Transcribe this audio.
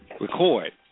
record